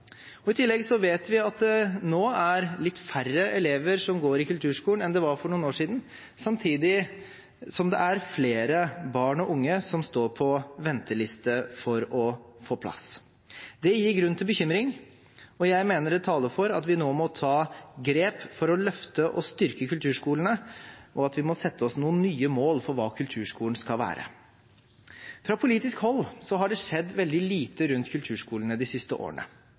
omfang. I tillegg vet vi at det nå er litt færre elever som går i kulturskolen enn det var for noen år siden, samtidig som det er flere barn og unge som står på venteliste for å få plass. Det gir grunn til bekymring, og jeg mener det taler for at vi nå må ta grep for å løfte og styrke kulturskolene, og at vi må sette oss noen nye mål for hva kulturskolen skal være. Fra politisk hold har det skjedd veldig lite rundt kulturskolene de siste årene.